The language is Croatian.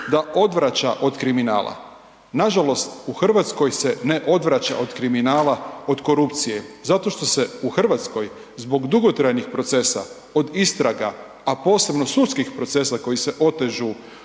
Da odvraća od kriminala. Nažalost, u Hrvatskoj se ne odvraća od kriminala od korupcije zato što se u Hrvatskoj zbog dugotrajnih procesa od istraga, a posebno sudskih procesa koji se otežu